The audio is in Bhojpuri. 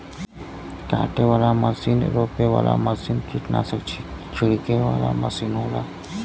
काटे वाला मसीन रोपे वाला मसीन कीट्नासक छिड़के वाला मसीन होला